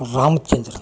Ramachandran